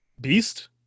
Beast